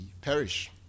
perish